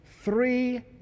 three